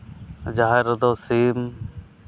ᱡᱟᱦᱮᱨ ᱨᱮᱫᱚ ᱥᱤᱢ